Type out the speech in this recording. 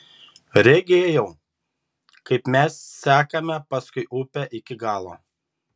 regėjau kaip mes sekame paskui upę iki galo